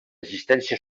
assistència